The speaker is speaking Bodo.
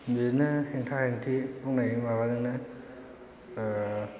बिदिनो हेंथा हेंथि बुंनाय माबाजोंनो